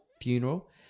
funeral